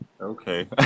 Okay